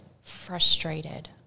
frustrated